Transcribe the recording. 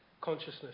consciousness